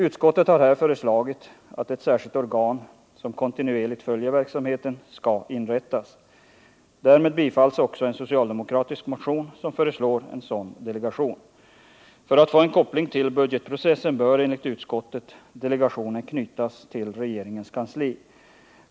Utskottet har här föreslagit att ett särskilt organ som kontinuerligt följer verksamheten skall inrättas. Därmed biträds också en socialdemokratisk motion som föreslår en sådan delegation. För att få en koppling till budgetprocessen bör enligt utskottet delegationen knytas till regeringens kansli.